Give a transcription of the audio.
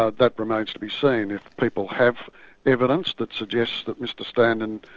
ah that remains to be seen. if people have evidence that suggests that mr standen